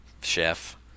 chef